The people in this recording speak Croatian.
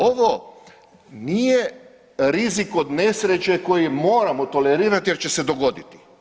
Ovo nije rizik od nesreće koji moramo tolerirati jer će se dogoditi.